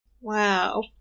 Wow